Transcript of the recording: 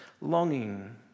longing